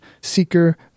Seeker